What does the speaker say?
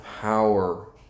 power